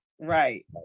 right